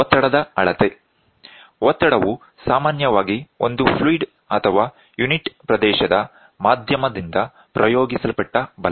ಒತ್ತಡದ ಅಳತೆ ಒತ್ತಡವು ಸಾಮಾನ್ಯವಾಗಿ ಒಂದು ಫ್ಲೂಯಿಡ್ ಅಥವಾ ಯೂನಿಟ್ ಪ್ರದೇಶದ ಮಾಧ್ಯಮದಿಂದ ಪ್ರಯೋಗಿಸಲ್ಪಟ್ಟ ಬಲ